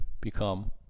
become